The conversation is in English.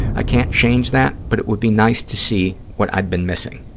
i can't change that, but it would be nice to see what i'd been missing.